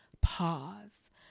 Pause